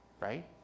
Right